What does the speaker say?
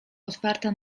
otwarta